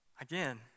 again